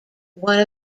one